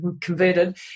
converted